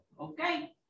Okay